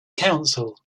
council